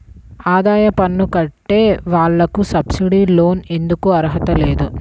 ఆదాయ పన్ను కట్టే వాళ్లకు సబ్సిడీ లోన్ ఎందుకు అర్హత లేదు?